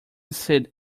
said